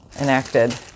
enacted